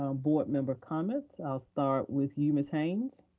um board member comments, i'll start with you, ms. haynes.